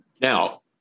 Now